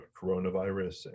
coronavirus